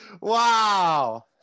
Wow